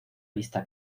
vista